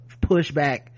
pushback